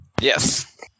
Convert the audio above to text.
Yes